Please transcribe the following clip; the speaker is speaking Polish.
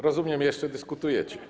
Rozumiem, jeszcze dyskutujecie.